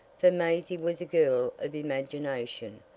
for maisie was a girl of imagination,